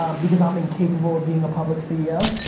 um because i'm incapable of being a public ceo.